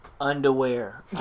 Underwear